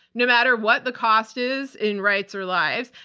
no matter what the cost is in rights or lives,